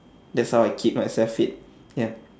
that's how I keep myself fit ya